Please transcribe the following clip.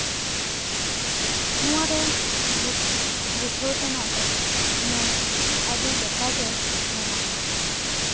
ᱱᱚᱣᱟᱨᱮ ᱵᱩᱡᱽ ᱵᱩᱡᱷᱟᱹᱣ ᱛᱮᱱᱟᱜ ᱫᱚ ᱤᱧᱟᱹᱝ ᱟᱹᱰᱤ ᱞᱮᱠᱟᱜᱮ ᱢᱮᱱᱟᱜ ᱟᱠᱟᱫᱟ